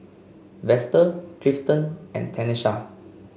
Vester Clifton and Tanesha